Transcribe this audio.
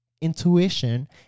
Intuition